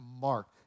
mark